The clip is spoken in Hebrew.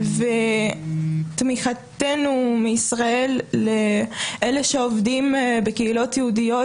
ותמיכתנו מישראל לאלה שעובדים בקהילות יהודיות